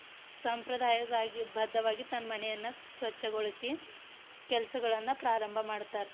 ಸಂಪ್ರದಾಯವಾಗಿ ಬದ್ಧವಾಗಿ ತನ್ನ ಮನೆಯನ್ನು ಸ್ವಚ್ಛಗೊಳಿಸಿ ಕೆಲಸಗಳನ್ನ ಪ್ರಾರಂಭ ಮಾಡ್ತಾರೆ